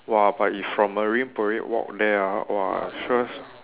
!wah! but if from Marine Parade walk there ah !wah! sure